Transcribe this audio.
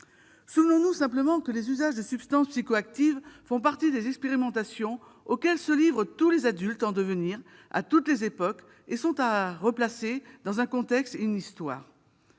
Souvenons-nous simplement que les usages de substances psychoactives font partie des expérimentations auxquelles se livrent tous les adultes en devenir, à toutes les époques, et sont à replacer dans un contexte et une histoire.